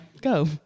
Go